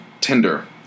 Tinder